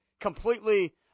completely